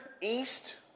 east